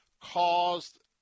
caused